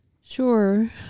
Sure